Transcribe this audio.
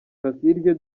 kasirye